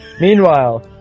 Meanwhile